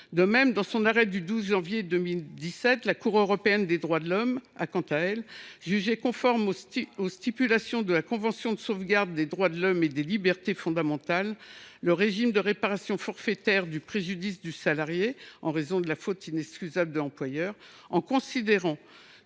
De même, dans son arrêt du 12 janvier 2017, la Cour européenne des droits de l’homme a jugé conforme à la Convention de sauvegarde des droits de l’homme et des libertés fondamentales le régime de réparation forfaitaire du préjudice du salarié à raison de la faute inexcusable de l’employeur. Elle a considéré